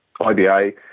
IBA